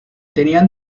tenían